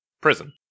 Prison